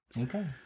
Okay